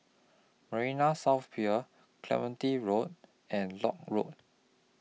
Marina South Pier Clementi Road and Lock Road